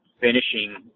finishing